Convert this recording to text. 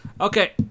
Okay